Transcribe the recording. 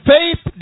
Faith